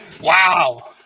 Wow